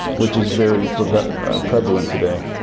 which is very prevalent today